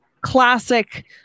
classic